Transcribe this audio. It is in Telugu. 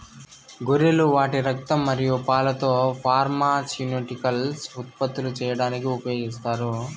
గొర్రెలు వాటి రక్తం మరియు పాలతో ఫార్మాస్యూటికల్స్ ఉత్పత్తులు చేయడానికి ఉపయోగిస్తారు